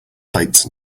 plates